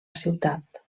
ciutat